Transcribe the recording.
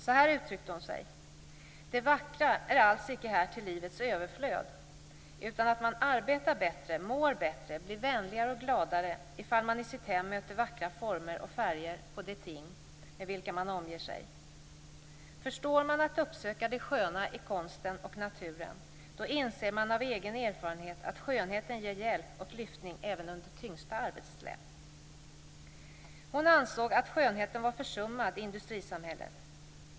Så här uttryckte hon sig: "- det vackra är alls icke här till livets överflöd, utan att man arbetar bättre, mår bättre, blir vänligare och gladare, ifall man i sitt hem möter vackra former och färger på de ting, med vilka man omger sig. Förstår man att uppsöka det sköna i konsten och naturen, då inser man av egen erfarenhet att skönheten ger hjälp och lyftning även under tyngsta arbetssläp." Hon ansåg att skönheten var försummad i industrisamhället.